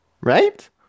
right